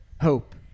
hope